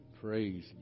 Praise